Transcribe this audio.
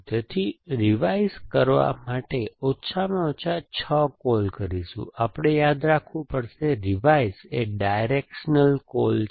તેથી રિવાઇઝ કરવા માટે ઓછામાં ઓછા 6 કૉલ કરીશું આપણે યાદ રાખવું પડશે રિવાઇઝ એ ડાયરેક્શનલ કૉલ છે